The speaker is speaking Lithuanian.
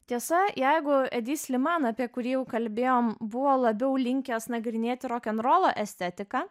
tiesa jeigu edi sliman apie kurį jau kalbėjome buvo labiau linkęs nagrinėti rokenrolo estetiką